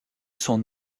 son